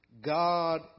God